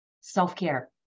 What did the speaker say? self-care